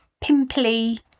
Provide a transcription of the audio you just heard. pimply